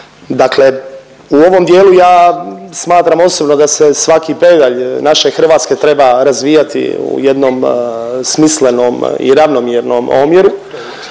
Dakle, u ovom dijelu ja smatram osobno da se svaki pedalj naše Hrvatske treba razvijati u jednom smislenom i ravnomjernom omjeru.